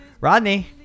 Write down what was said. Rodney